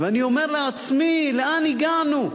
ואני אומר לעצמי: לאן הגענו?